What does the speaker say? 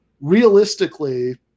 realistically